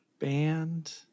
Band